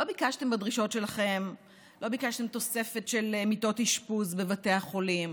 לא ביקשתם בדרישות שלכם תוספת של מיטות אשפוז בבתי החולים,